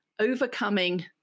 overcoming